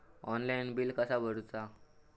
Online bill कसा करुचा?